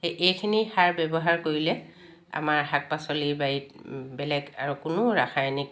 সেই এইখিনি সাৰ ব্যৱহাৰ কৰিলে আমাৰ শাক পাচলি বাৰীত বেলেগ আৰু কোনো ৰাসায়নিক